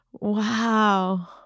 Wow